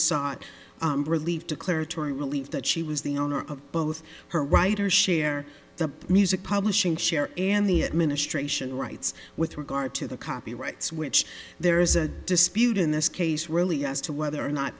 sought relief declaratory relief that she was the owner of both her writer share the music publishing share and the administration rights with regard to the copyrights which there is a dispute in this case really as to whether or not